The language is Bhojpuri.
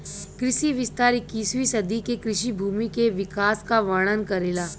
कृषि विस्तार इक्कीसवीं सदी के कृषि भूमि के विकास क वर्णन करेला